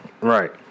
Right